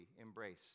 embrace